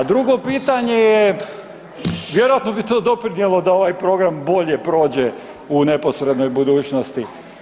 A drugo pitanje je, vjerojatno bi to doprinijelo da ovaj program bolje prođe u neposrednoj budućnosti.